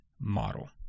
model